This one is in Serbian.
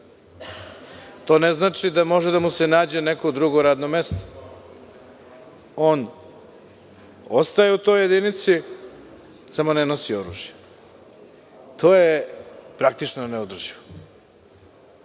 To ne znači da može da može da mu se nađe neko drugo radno mesto. On ostaje u toj jedinici samo ne nosi oružje. To je praktično neodrživo.